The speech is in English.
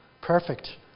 perfect